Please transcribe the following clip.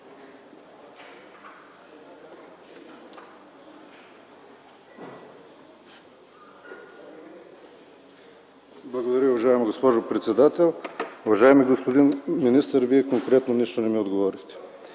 Благодаря, уважаема госпожо председател. Уважаеми господин министър, Вие конкретно нищо не ми отговорихте.